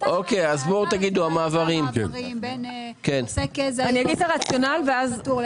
המעברים בין עוסק זעיר לעוסק פטור,